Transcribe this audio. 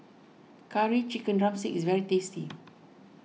Curry Chicken Drumstick is very tasty